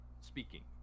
speaking